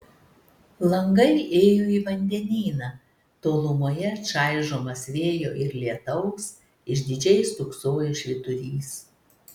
langai ėjo į vandenyną tolumoje čaižomas vėjo ir lietaus išdidžiai stūksojo švyturys